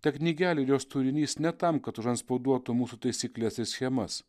ta knygelė ir jos turinys ne tam kad užantspauduotų mūsų taisykles ir schemas